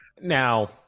Now